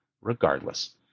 regardless